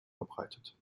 verbreitet